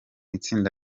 itsinda